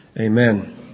Amen